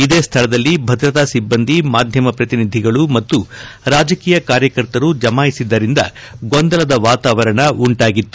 ಇದೇ ಸ್ಥಳದಲ್ಲಿ ಭದ್ರತಾ ಸಿಬ್ಬಂದಿ ಮಾಧ್ಯಮ ಪ್ರತಿನಿಧಿಗಳು ಮತ್ತು ರಾಜಕೀಯ ಕಾರ್ಯಕರ್ತರು ಜಮಾಯಿಸಿದ್ದರಿಂದ ಗೊಂದಲದ ವಾತಾವರಣ ಉಂಟಾಗಿತ್ತು